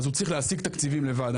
אז הוא צריך להשיג תקציבים לבד,